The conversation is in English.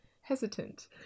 hesitant